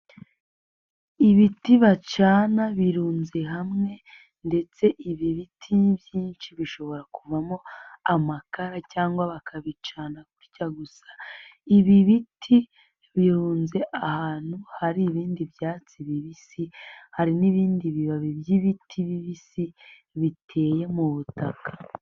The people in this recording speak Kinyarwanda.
Ibiti bacana birunze hamwe, ndetse ibi biti byinshi bishobora kuvamo amakara, cyangwa bakabicana gutya gusa. Ibi biti birunze ahantu hari ibindi byatsi bibisi. Hari n'ibindi bibabi by'ibiti bibisi biteye mu butaka.